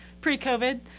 pre-covid